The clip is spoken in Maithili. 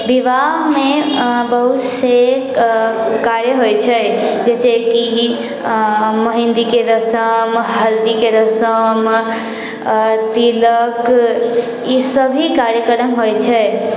विवाहमे बहुतसँ कार्य होइ छै जेना कि मेहन्दीके रसम हल्दीके रसम आओर तिलक ई सभी कार्यक्रम होइ छै